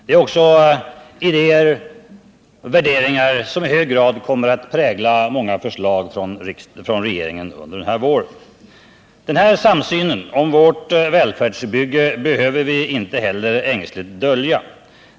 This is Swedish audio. Det är också idéer och värderingar som i hög grad kommer att prägla många förslag från regeringen under våren. Den här samsynen om vårt välfärdsbygge behöver vi inte heller ängsligt dölja.